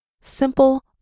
simple